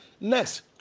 Next